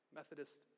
Methodist